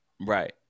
Right